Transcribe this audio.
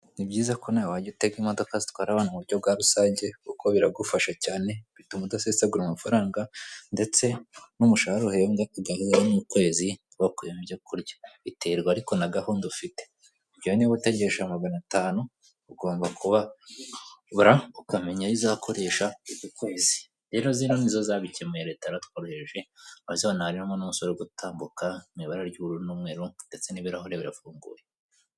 Ni byiza ko nta wajya utega imodoka zitwara abantu mu buryo bwa rusange, kuko biragufasha cyane bituma udasesengura amafaranga, ndetse n'umushahara uhembwa agahura n'ukwezi, wakuyemo ibyo kurya, biterwa ariko na gahunda ufite, tuvuge niba utegesha magana atanu, ugomba kuyabara ukamenya ayo izakoresha uko kwezi, rero zino ni zo zabikemuye leta yaratworoheje, urazibona hano zirimo gutambuka, mu ibara ry'ubururu n'umweru ndetse n'ibirahure birafunguye.